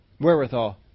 wherewithal